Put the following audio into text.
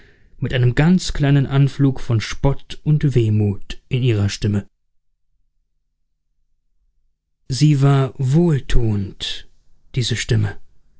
mit einem ganz kleinen anflug von spott und wehmut in ihrer stimme sie war wohltuend diese stimme